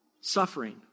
suffering